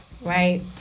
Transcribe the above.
right